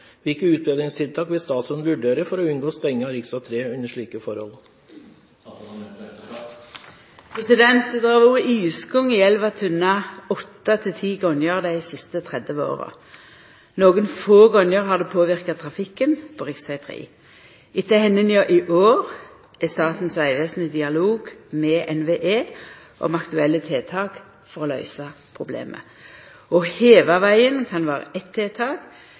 vil statsråden vurdere for å unngå stenging av rv. 3 under slike forhold?» Det har vore isgang i elva Tunna åtte til ti gonger dei siste 30 åra. Nokre få gonger har det påverka trafikken på rv. 3. Etter hendinga i år er Statens vegvesen i dialog med NVE om aktuelle tiltak for å løysa problemet. Å heva vegen kan vera eit tiltak,